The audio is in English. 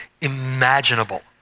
imaginable